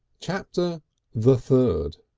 chapter the third